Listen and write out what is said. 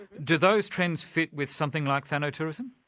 do those trends fit with something like thanatourism?